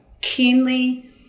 keenly